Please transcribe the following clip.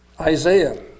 Isaiah